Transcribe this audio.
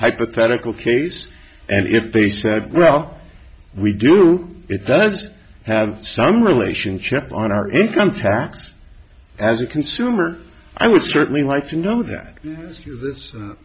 hypothetical case and if they said well we do know it does have some relationship on our income tax as a consumer i would certainly like to know that it's